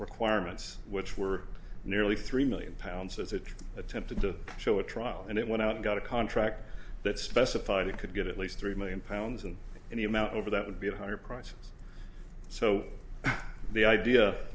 requirements which were nearly three million pounds as it attempted to show a trial and it went out got a contract that specified it could get at least three million pounds and any amount over that would be a higher price so the idea